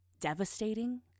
devastating